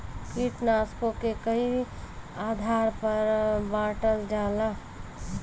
कीटनाशकों के कई आधार पर बांटल जाला